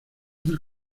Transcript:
del